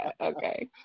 okay